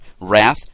wrath